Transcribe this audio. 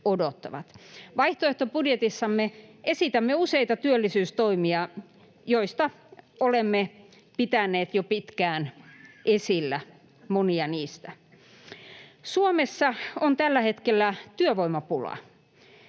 Vaihtoehtobudjetissamme esitämme useita työllisyystoimia, joista monia olemme pitäneet jo pitkään esillä. Suomessa on tällä hetkellä työvoimapula.